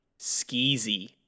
skeezy